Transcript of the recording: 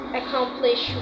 accomplish